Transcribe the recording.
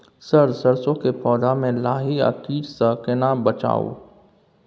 Sir सरसो के पौधा में लाही आ कीट स केना बचाऊ?